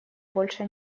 больше